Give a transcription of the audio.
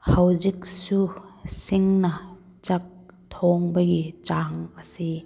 ꯍꯧꯖꯤꯛꯁꯨ ꯁꯤꯡꯅ ꯆꯥꯛ ꯊꯣꯡꯕꯒꯤ ꯆꯥꯡ ꯑꯁꯤ